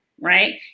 right